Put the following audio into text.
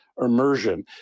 immersion